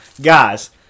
guys